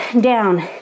down